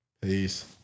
Peace